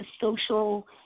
social